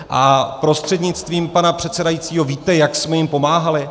A prostřednictvím pana předsedajícího víte, jak jsme jim pomáhali?